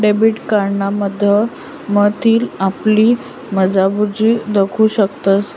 debit कार्डना माध्यमथीन आपली जमापुंजी दखु शकतंस